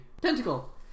Tentacle